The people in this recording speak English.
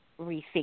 rethink